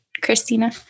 Christina